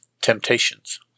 Temptations